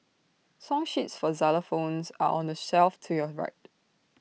song sheets for xylophones are on the shelf to your right